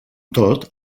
tot